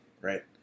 right